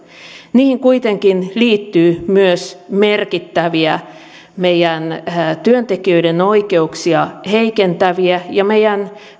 niihin kuitenkin liittyy myös merkittäviä meidän työntekijöiden oikeuksia heikentäviä ja meidän